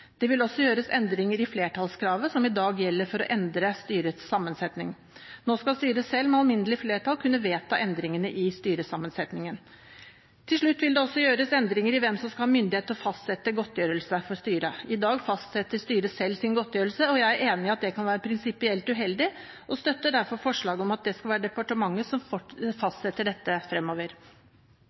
Det vil også gjøres endringer i flertallskravet som i dag gjelder for å endre styrets sammensetning. Nå skal styret selv med alminnelig flertall kunne vedta endringene i styresammensetningen. Til slutt vil det også gjøres endringer i hvem som skal ha myndighet til å fastsette godtgjørelse for styret. I dag fastsetter styret selv sin godtgjørelse, og jeg er enig i at det kan være prinsipielt uheldig og støtter derfor forslaget om at det skal være departementet som fastsetter dette fremover.